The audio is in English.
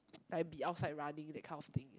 like be outside running that kind of thing